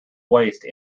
waste